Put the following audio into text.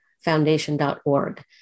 foundation.org